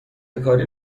کاری